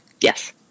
Yes